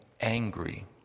angry